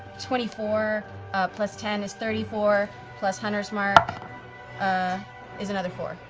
twenty four plus ten is thirty four plus hunter's mark ah is another four.